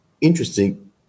interesting